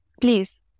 please